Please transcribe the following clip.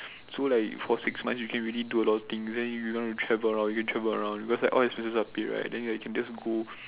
so like for six months you can really do a lot of things then if you gonna travel you can travel around because all expenses are paid right then you can just go